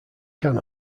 can